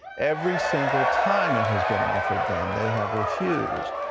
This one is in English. every single time it has been offered them, they have refused.